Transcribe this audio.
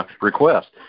request